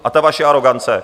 A ta vaše arogance.